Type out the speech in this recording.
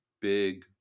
big